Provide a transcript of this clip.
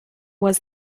was